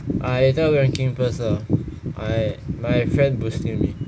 I later ranking first loh I my friend boosting me